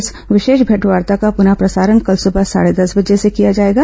इस विशेष भेंटवार्ता का पुनः प्रसारण कल सुबह साढ़े दस बजे से किया जाएगा